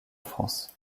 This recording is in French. france